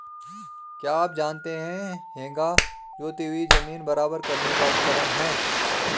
क्या आप जानते है हेंगा जोती हुई ज़मीन बराबर करने का उपकरण है?